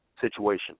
situation